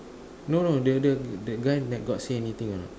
no no the the guy got say anything or not